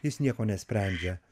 jis nieko nesprendžia